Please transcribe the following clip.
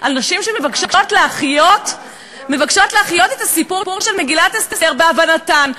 על נשים שמבקשות להחיות את הסיפור של מגילת אסתר בהבנתן?